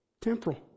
Temporal